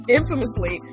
infamously